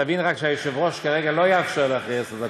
תבין רק שהיושב-ראש כרגע לא יאפשר לי אחרי עשר דקות.